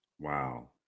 Wow